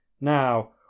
Now